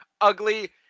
ugly